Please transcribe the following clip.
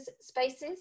spaces